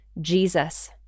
Jesus